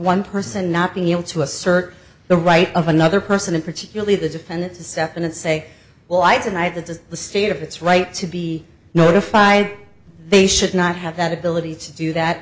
one person not being able to assert the right of another person particularly the defendant to step in and say well i can i that is the state of it's right to be notified they should not have that ability to do that